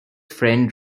friend